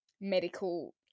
medical